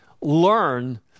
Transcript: learn